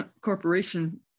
Corporation